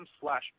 slash